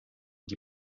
die